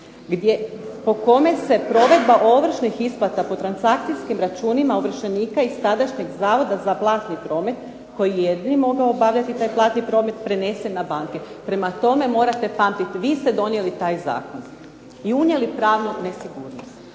po kojem se provedba ovršnih isplata po transakcijskim računima ovršenika iz tadašnjeg Zavoda za platni promet koji je jedini mogao obavljati taj platni promet prenesen na banke. Prema tome, morate pamtiti. Vi ste donijeli taj zakoni unijeli pravnu nesigurnost.